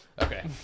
Okay